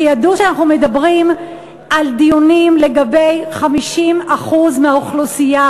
כשידעו שאנחנו מדברים על דיונים לגבי 50% מהאוכלוסייה,